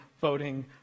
voting